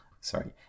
sorry